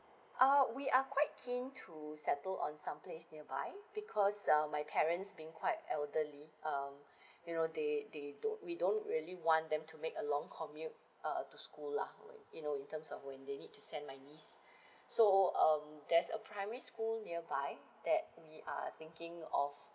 uh we are quite keen to settle on someplace nearby because um my parents being quite elderly um you know they they don't we don't really want them to make a long commute uh to school lah you know in terms of when they need to send my niece so um there's a primary school nearby that we are thinking of